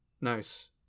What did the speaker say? Nice